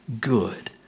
good